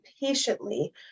patiently